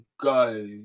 go